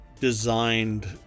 designed